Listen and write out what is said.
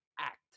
act